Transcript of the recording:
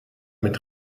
mit